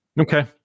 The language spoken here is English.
okay